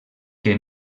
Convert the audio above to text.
que